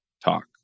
talk